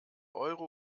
euro